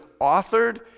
authored